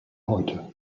heute